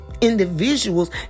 individuals